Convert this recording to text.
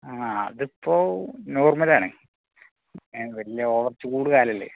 ആ അതിപ്പോൾ നോർമ്മൽ ആണ് എ വലിയ ഓവർ ചൂട് കാലമല്ലേ